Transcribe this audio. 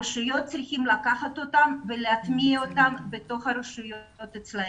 הרשויות צריכות לקחת ולהטמיע אותן בתוך הרשות אצלן.